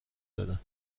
دادن